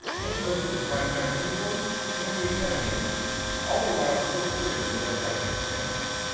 and hosted the primetime emmy awards, and the academy awards all the while still serving as the head writer for family guy.